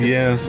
Yes